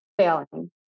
failing